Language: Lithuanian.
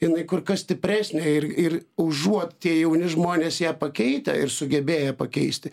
jinai kur kas stipresnė ir ir užuot tie jauni žmonės ją pakeitę ir sugebėję pakeisti